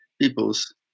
people's